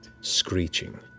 screeching